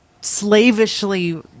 slavishly